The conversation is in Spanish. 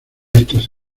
estas